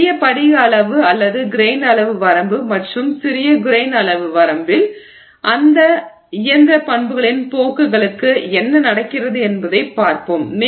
பெரிய படிக அளவு அல்லது கிரெய்ன் அளவு வரம்பு மற்றும் சிறிய கிரெய்ன் அளவு வரம்பில் அந்த இயந்திர பண்புகளின் போக்குகளுக்கு என்ன நடக்கிறது என்பதைப் பார்ப்போம்